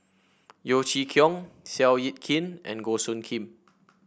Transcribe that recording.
Yeo Chee Kiong Seow Yit Kin and Goh Soo Khim